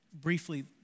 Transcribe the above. briefly